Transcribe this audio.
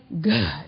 good